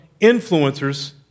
influencers